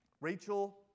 Rachel